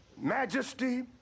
majesty